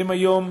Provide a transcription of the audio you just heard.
הם היום